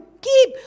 keep